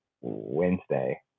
wednesday